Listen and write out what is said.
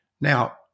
Now